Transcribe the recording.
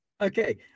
Okay